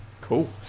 cool